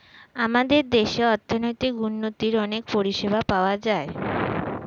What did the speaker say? আমাদের দেশে অর্থনৈতিক উন্নতির অনেক পরিষেবা পাওয়া যায়